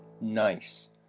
Nice